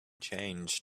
changed